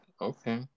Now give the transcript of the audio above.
Okay